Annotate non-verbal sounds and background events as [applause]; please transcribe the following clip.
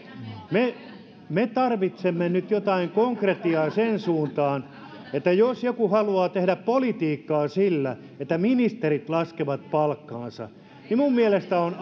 me me tarvitsemme nyt jotain konkretiaa sen suuntaan ja jos joku haluaa tehdä politiikkaa sillä että ministerit laskevat palkkaansa niin se on [unintelligible]